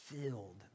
filled